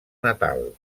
natal